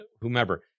whomever